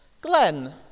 Glenn